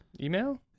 Email